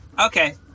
Okay